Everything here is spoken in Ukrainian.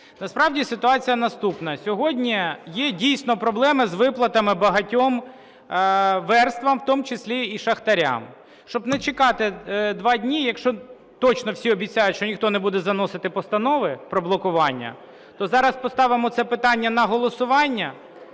Насправді ситуація наступна. Сьогодні є дійсно проблеми з виплатами багатьом верствам, в тому числі і шахтарям. Щоб не чекати два дні, якщо точно всі обіцяють, що ніхто не буде заносити постанови про блокування, то зараз поставимо це питання на голосування